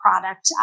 product